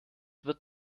wird